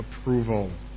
approval